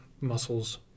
muscles